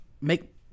make